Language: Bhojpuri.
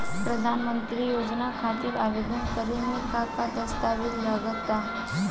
प्रधानमंत्री योजना खातिर आवेदन करे मे का का दस्तावेजऽ लगा ता?